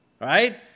right